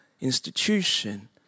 institution